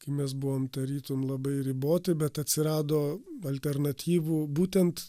kai mes buvom tarytum labai riboti bet atsirado alternatyvų būtent